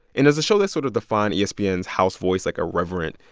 and it's a show that sort of defined espn's house voice like, a reverent,